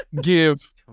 give